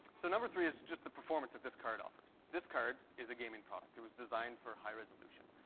so number three is just the performance that this card offers. this card is a gaming product. it was designed for high resolution.